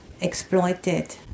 exploited